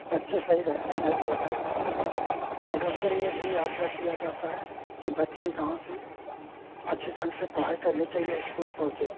बच्चे सही ढंग से नहीं पहुँचते हैं अब उनके लिए भी आग्रह किया जाता है कि बच्चे गाँव से अच्छे ढंग से पढ़ाई करने के लिए भी स्कूल पहुंचे